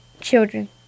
children